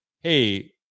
hey